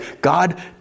God